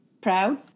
proud